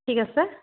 ঠিক আছে